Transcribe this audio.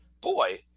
boy